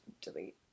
delete